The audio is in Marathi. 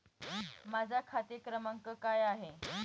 माझा खाते क्रमांक काय आहे?